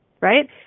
Right